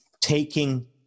taking